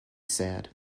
sad